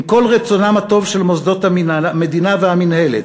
עם כל רצונם הטוב של מוסדות המדינה והמינהלת,